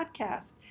podcast